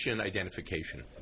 identification